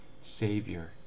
Savior